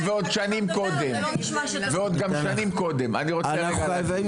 כשבחדר המצב פתאום נדלקת נורה אדומה,